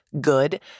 good